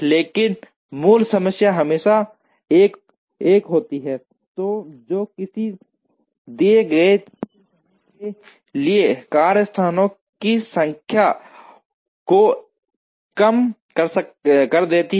लेकिन मूल समस्या हमेशा 1 होती है जो किसी दिए गए चक्र समय के लिए कार्यस्थानों की संख्या को कम कर देती है